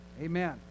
Amen